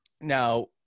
Now